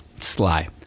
Sly